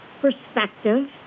perspective